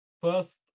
first